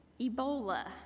Ebola